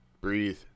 breathe